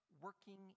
working